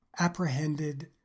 Apprehended